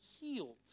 healed